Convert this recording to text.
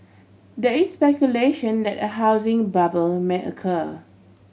there is speculation that a housing bubble may occur